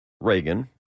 Reagan